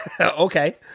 Okay